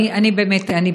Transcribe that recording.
אז